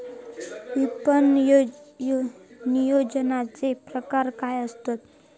विपणन नियोजनाचे प्रकार काय आसत?